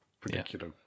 particular